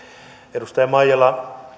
edustaja maijala